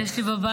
יש לי בבית,